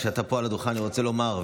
כשאתה פה על הדוכן אני רוצה לומר,